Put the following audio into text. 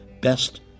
best